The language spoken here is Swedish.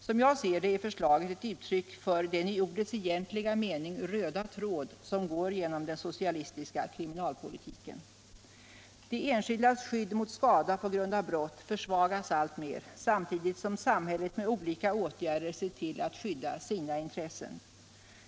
Som jag ser det är förslaget ett uttryck för den i ordets egentliga mening röda tråd som går igenom den socialistiska kriminalpolitiken. De enskildas skydd mot skada på grund av brott försvagas alltmer samtidigt som samhället med olika åtgärder ser till att skydda sina intressen.